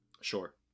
sure